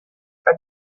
are